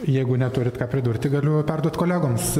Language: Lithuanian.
jeigu neturit ką pridurti galiu jau perduot kolegoms